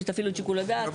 תפעילו את שיקול הדעת.